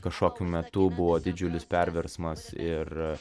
kažkokiu metu buvo didžiulis perversmas ir